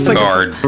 guard